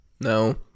No